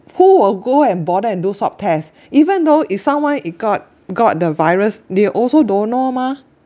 who will go and bother and do swab test even though if someone if got got the virus they also don't know mah